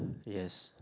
yes